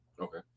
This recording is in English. okay